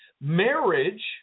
marriage